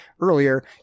earlier